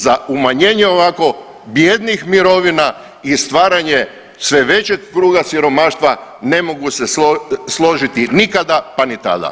za umanjenje ovako bijednih mirovina i stvaranje sve većeg kruga siromaštva ne mogu se složiti nikada pa ni tada.